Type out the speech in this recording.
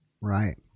Right